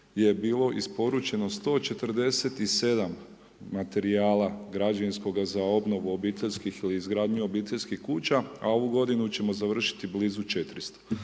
je bilo isporučeno 147 materijala građevinskoga za obnovu obiteljskih ili izgradnju obiteljskih kuća, a ovu godinu ćemo završiti blizu 400.